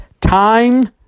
Time